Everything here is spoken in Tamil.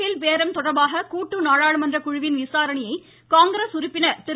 பேல் பேரம் தொடர்பாக கூட்டு நாடாளுமன்ற குழுவின் விசாரணையை காங்கிரஸ உறுப்பினர் திரு